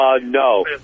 no